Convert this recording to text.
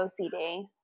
OCD